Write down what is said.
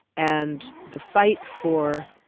and the fight for